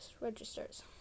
registers